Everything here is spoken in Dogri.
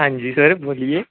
आं जी सर बोलिये